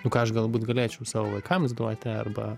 nu ką aš galbūt galėčiau savo vaikams duoti arba